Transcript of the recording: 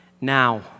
now